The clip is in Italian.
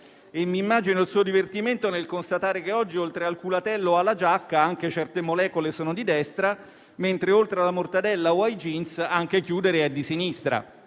e mi immagino il suo divertimento nel constatare che oggi, oltre al culatello o alla giacca, anche certe molecole sono di destra, mentre, oltre alla mortadella o ai *jeans,* anche chiudere è di sinistra